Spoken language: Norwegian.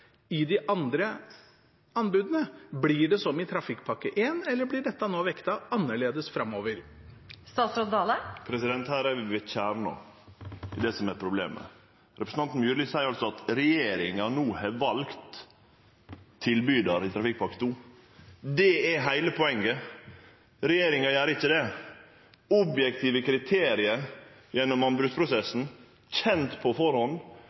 i de andre anbudene? Blir det som i Trafikkpakke 1, eller blir dette nå vektet annerledes framover? Her er vi ved kjernen i det som er problemet. Representanten Myrli seier altså at regjeringa no har valt tilbydar i Trafikkpakke 2. Det er heile poenget – regjeringa gjer ikkje det. Objektive kriterium gjennom anbodsprosessen, kjende på